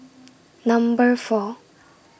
Number four